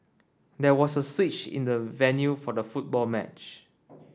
there was a switch in the venue for the football match